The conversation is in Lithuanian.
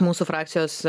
mūsų frakcijos